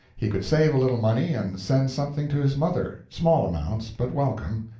he could save a little money and send something to his mother small amounts, but welcome.